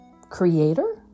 creator